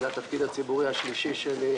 זה התפקיד הציבורי השלישי שלי.